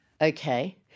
Okay